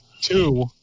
Two